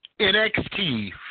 NXT